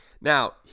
Now